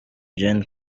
gen